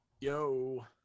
Yo